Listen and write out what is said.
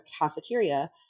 cafeteria